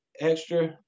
extra